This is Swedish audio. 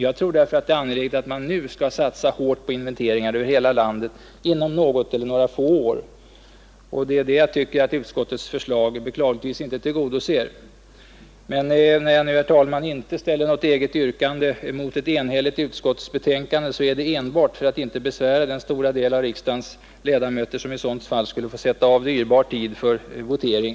Jag tror därför att det är angeläget att man nu satsar hårt på inventeringar över hela landet inom något eller några få år. Det är detta önskemål som jag tycker att utskottets förslag beklagligtvis inte tillgodoser. När jag nu, herr talman, inte ställer något eget yrkande mot ett enhälligt utskottsbetänkande så är det enbart för att inte besvära den stora del av riksdagens ledamöter, som i sådant fall skulle få sätta av dyrbar tid för votering.